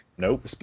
Nope